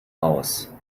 aus